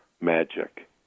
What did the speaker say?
Magic